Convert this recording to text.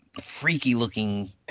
freaky-looking